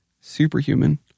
superhuman